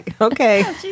Okay